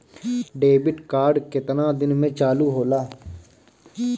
Debit card केतना दिन में चालु होला?